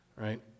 right